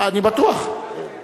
אני בטוח.